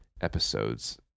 episodes